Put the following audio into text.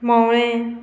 मोवळें